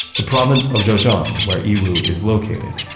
the province of zhejiang, where yiwu is located,